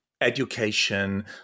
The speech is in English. education